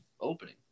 opening